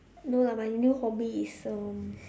no lah my new hobby is um